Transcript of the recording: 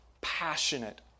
passionate